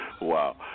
Wow